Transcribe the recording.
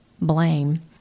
blame